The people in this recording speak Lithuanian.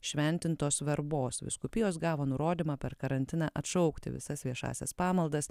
šventintos verbos vyskupijos gavo nurodymą per karantiną atšaukti visas viešąsias pamaldas